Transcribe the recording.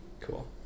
cool